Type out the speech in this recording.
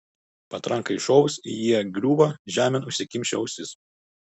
patrankai iššovus jie griūva žemėn užsikimšę ausis